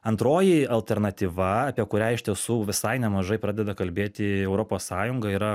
antroji alternatyva apie kurią iš tiesų visai nemažai pradeda kalbėti europos sąjunga yra